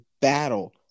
battle